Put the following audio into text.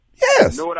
Yes